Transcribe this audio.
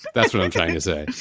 that's what i'm trying to say.